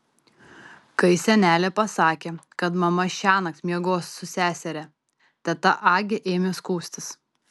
kai senelė pasakė kad mama šiąnakt miegos su seseria teta agė ėmė skųstis